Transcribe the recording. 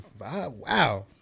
Wow